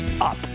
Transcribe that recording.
up